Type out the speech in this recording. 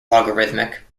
logarithmic